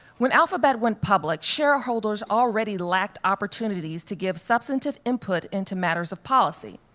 when alphabet went public, shareholders already lacked opportunities to give substantive input into matters of policy.